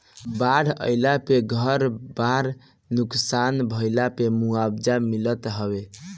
बाढ़ आईला पे घर बार नुकसान भइला पअ मुआवजा मिलत हवे